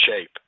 shape